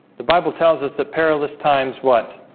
the bible tells us that perilous times what